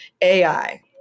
AI